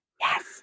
Yes